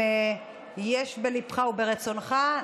אם יש בליבך וברצונך,